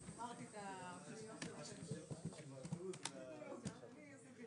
להצעת חוק ההתייעלות הכלכלית (תיקוני